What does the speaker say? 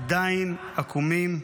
-- עדיין עקומים.